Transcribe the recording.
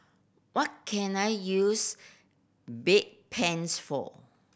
what can I use Bedpans for